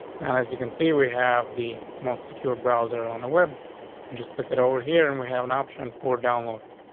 and as you can see, we have the most secure browser on the web and just look it over here and we have an option for downloading,